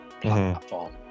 platform